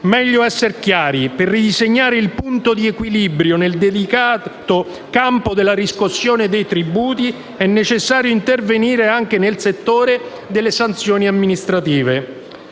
Meglio essere chiari: per ridisegnare il punto di equilibrio nel delicato campo della riscossione dei tributi è necessario intervenire anche nel settore delle sanzioni amministrative.